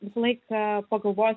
visą laiką pagalvojus